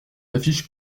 affiches